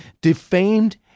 defamed